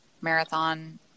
marathon